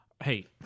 Hey